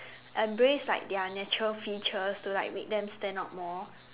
embrace like their natural features to like make them stand out more